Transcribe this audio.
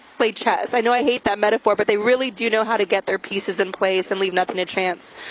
play chess. i know, i hate that metaphor, but they really do know how to get their pieces in place and leave nothing to chance.